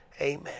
amen